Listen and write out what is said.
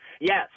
Yes